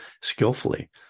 skillfully